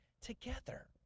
together